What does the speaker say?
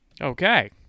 Okay